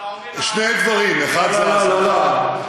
אז אתה עומד על, לא לא לא.